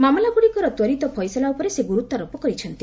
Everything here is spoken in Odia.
ମାମଲା ଗୁଡ଼ିକର ତ୍ୱରିତ ଫଇସଲା ଉପରେ ସେ ଗୁରୁତ୍ୱାରୋପ କରିଛନ୍ତି